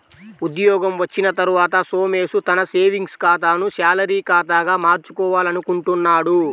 ఉద్యోగం వచ్చిన తర్వాత సోమేష్ తన సేవింగ్స్ ఖాతాను శాలరీ ఖాతాగా మార్చుకోవాలనుకుంటున్నాడు